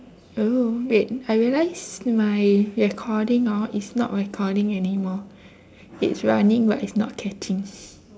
oh wait I realise my recording hor is not recording anymore it's running but it's not catching